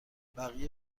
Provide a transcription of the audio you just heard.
بقیه